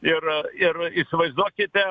ir ir įsivaizduokite